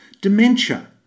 Dementia